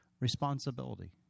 Responsibility